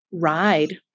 Ride